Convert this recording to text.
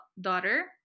daughter